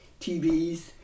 TVs